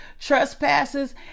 trespasses